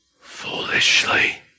foolishly